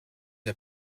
der